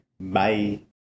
Bye